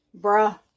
bruh